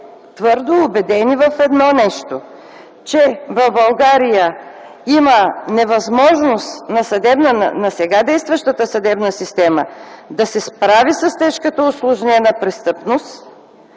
твърдо убедени в едно нещо, че в България има невъзможност на сега действащата съдебна система да се справи с тежката усложнена престъпност